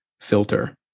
filter